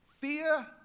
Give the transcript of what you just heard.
Fear